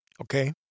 Okay